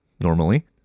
normally